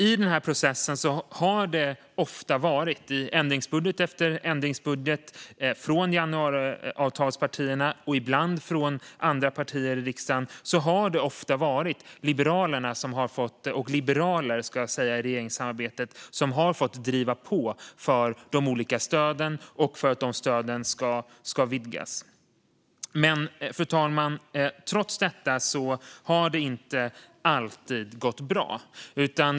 I den här processen, i ändringsbudget efter ändringsbudget från januariavtalspartierna och ibland från andra partier i riksdagen, har det ofta varit liberaler som i regeringssamarbetet har fått driva på för de olika stöden och för att de stöden ska vidgas. Fru talman! Trots detta har det inte alltid gått bra.